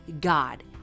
God